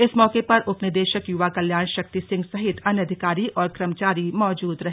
इस मौके पर उप निदेशक युवा कल्याण शक्ति सिंह सहित अन्य अधिकारी और कर्मचारी मौजूद रहे